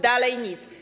Dalej nic.